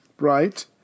Right